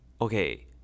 Okay